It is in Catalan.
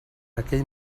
aquell